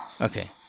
Okay